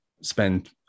spend